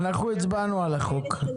אנחנו הצבענו על החוק,